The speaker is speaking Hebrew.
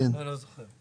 כבר לא זוכר.